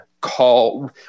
call